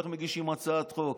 איך מגישים הצעת חוק?